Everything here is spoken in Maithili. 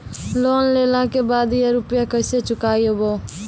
लोन लेला के बाद या रुपिया केसे चुकायाबो?